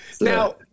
Now